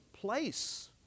place